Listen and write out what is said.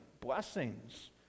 blessings